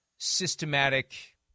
systematic